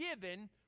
given